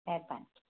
महिरबानी